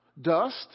Dust